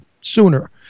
sooner